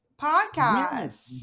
podcast